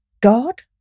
God